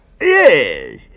yes